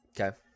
Okay